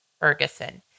Ferguson